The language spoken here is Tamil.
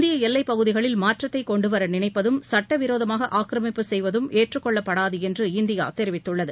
இந்திய எல்லைப் பகுதிகளில் மாற்றத்தை கொண்டுவர நினைப்பதும் சுட்ட விரோதமாக ஆக்கிரமிப்பு செய்வதும் ஏற்றுக்கொள்ளப்படாது என்று இந்தியா தெரிவித்துள்ளது